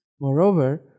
Moreover